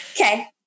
Okay